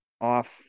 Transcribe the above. off